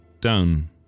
down